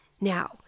Now